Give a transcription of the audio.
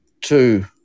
two